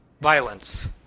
Violence